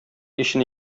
өчен